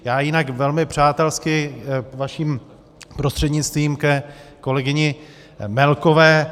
Já jinak velmi přátelsky vaším prostřednictvím ke kolegyni Melkové.